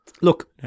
look